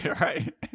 Right